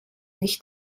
nicht